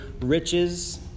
riches